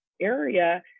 area